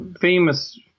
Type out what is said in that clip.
famous